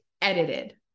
edited